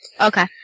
Okay